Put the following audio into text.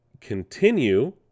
continue